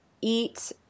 eat